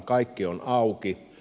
kaikki on auki